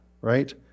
right